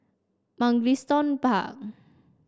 Mugliston Park